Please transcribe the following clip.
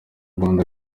rwanda